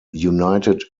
united